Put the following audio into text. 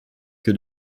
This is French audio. que